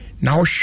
Now